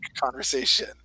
conversation